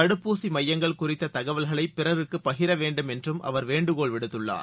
தடுப்பூசி மையங்கள் குறித்த தகவல்களை பிறருக்கு பகிர வேண்டும் என்றும் அவர் வேண்டுகோள் விடுத்துள்ளார்